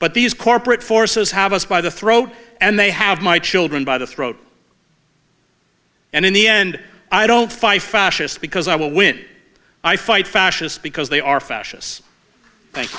but these corporate forces have us by the throat and they have my children by the throat and in the end i don't fight fascists because i will when i fight fascists because they are fascist